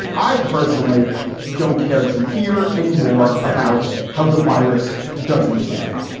i personally don't care to hear anymore about how the virus doesn't care.